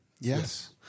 Yes